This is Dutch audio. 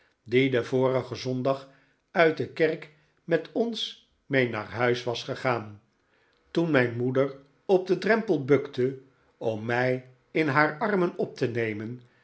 den vorigen zondag uit de kerk met ons mee naar huis was gegaan toen mijn moeder op den drempel bukte om mij in haar armen op te nemen